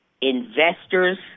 investors